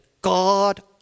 God